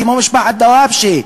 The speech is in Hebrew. כמו משפחת דוואבשה,